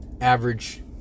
average